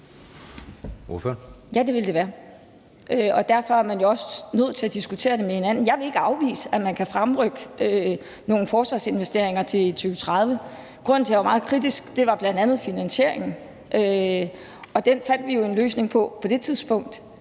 Ja, det vil det være. Derfor er man jo også nødt til at diskutere det med hinanden. Jeg vil ikke afvise, at man kan fremrykke nogle forsvarsinvesteringer til 2030. Grunden til, jeg var meget kritisk, var bl.a. finansieringen, og den fandt vi jo en løsning på på det tidspunkt.